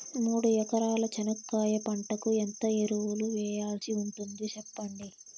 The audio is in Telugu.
మూడు ఎకరాల చెనక్కాయ పంటకు ఎంత ఎరువులు వేయాల్సి ఉంటుంది సెప్పండి?